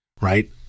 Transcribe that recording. right